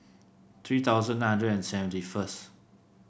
three thousand nine hundred and seventy first